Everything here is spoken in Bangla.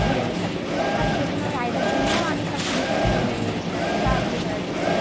বিরিয়ানির সাথে আর সেই জন্য রায়তার জন্যও আমি সব জিনিসপত্র নিয়ে নিয়েছিলাম তাড়াতাড়ি করার জন্য